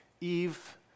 Eve